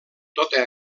tota